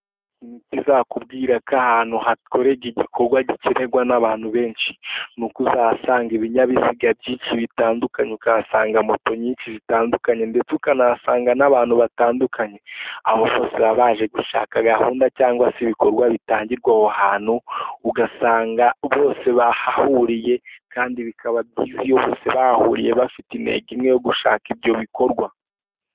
Ikintu kizakubwira ko ahantu hakorerwa igikorwa gikenerwa n'abantu benshi, ni uku uzahasanga ibinyabiziga byinshi bitandukanye ukahasanga moto nyinshi zitandukanye ndetse ukanahasanga n'abantu batandukanye, abo bose baje gushaka gahunda cyangwa se ibikorwa bitangirwa aho hantu, ugasanga bose bahahuriye kandi bikaba byiza iyo bose bahahuriye bafite intego imwe yo gushaka ibyo bikorwa.